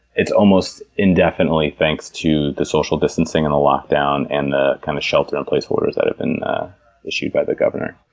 it's almost indefinitely thanks to the social distancing, and the lockdown, and the kind of shelter-in-place orders that have been issued by the governor.